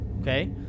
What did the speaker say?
okay